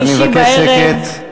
אני מבקש שקט,